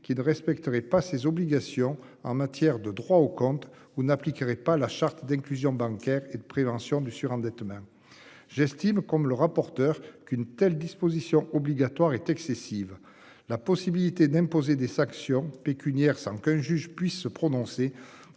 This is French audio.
qui ne respecterait pas ses obligations en matière de droit au compte ou n'appliquerait pas la charte d'inclusion bancaire et de prévention du surendettement. J'estime qu'on ne le rapporteur qu'une telle disposition obligatoire est excessive, la possibilité d'imposer des sanctions pécuniaires sans qu'un juge puisse se prononcer